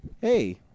Hey